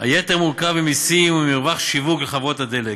היתר מורכב ממסים וממרווח שיווק לחברות הדלק.